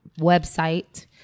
website